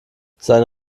seine